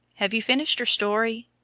have you finished your story?